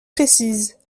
précises